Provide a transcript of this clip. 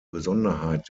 besonderheit